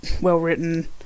well-written